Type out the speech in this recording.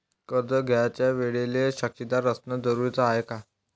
कर्ज घ्यायच्या वेळेले साक्षीदार असनं जरुरीच हाय का?